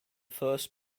first